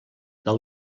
del